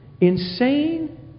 insane